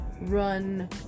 run